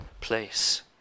place